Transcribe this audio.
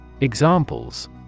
Examples